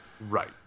Right